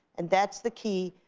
and that's the key,